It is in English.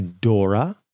Dora